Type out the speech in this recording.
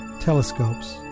telescopes